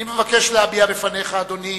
אני מבקש להביע בפניך, אדוני,